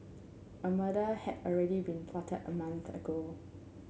a murder had already been plotted a month ago